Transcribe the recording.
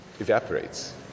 evaporates